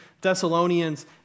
Thessalonians